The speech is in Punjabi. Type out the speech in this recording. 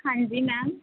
ਹਾਂਜੀ ਮੈਮ